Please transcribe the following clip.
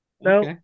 no